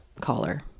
caller